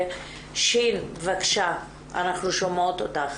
ש', בקשה, אנחנו שומעות אותך.